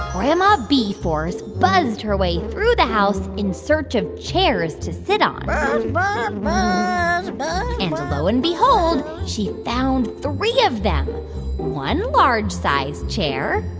grandma bee-force buzzed her way through the house in search of chairs to sit um ah but and lo and behold, she found three of them one large-sized chair.